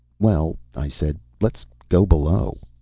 well, i said, let's go below.